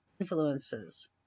influences